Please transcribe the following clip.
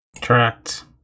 Correct